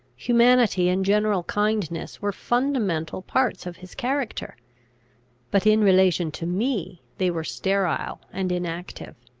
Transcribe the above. humanity and general kindness were fundamental parts of his character but in relation to me they were sterile and inactive.